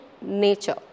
nature